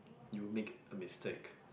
you make it a mistake